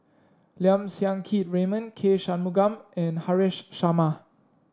Lim Siang Keat Raymond K Shanmugam and Haresh Sharma